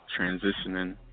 Transitioning